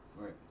Right